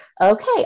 Okay